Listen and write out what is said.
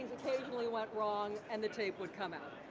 occasionally went wrong, and the tape would come out.